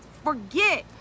forget